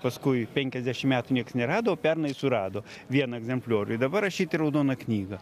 paskui penkiasdešimt metų niekas nerado o pernai surado vieną egzempliorių ir dabar rašyti į raudoną knygą